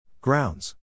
grounds